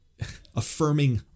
affirming